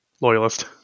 loyalist